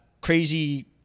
crazy